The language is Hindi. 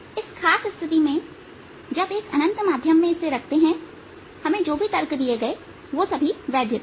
इस खास स्थिति में जब एक अनंत माध्यम में इसे रखते हैं हमें जो भी तर्क दिए गए सब वैध थे